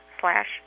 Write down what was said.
slash